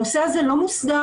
הנושא הזה לא מוסדר.